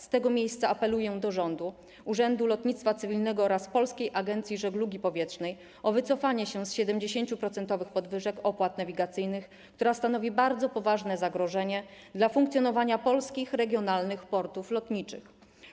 Z tego miejsca apeluję do rządu, Urzędu Lotnictwa Cywilnego oraz Polskiej Agencji Żeglugi Powietrznej o wycofanie się z 70-procentowych podwyżek opłat nawigacyjnych, które stanowią bardzo poważne zagrożenie dla funkcjonowania polskich regionalnych portów lotniczych.